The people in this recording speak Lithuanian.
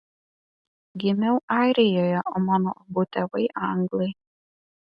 gimiau airijoje o mano abu tėvai anglai